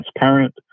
transparent